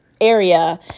area